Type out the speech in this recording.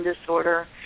disorder